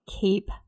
keep